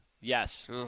Yes